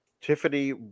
Tiffany